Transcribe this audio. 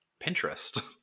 Pinterest